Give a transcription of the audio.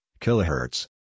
kilohertz